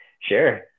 sure